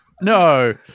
No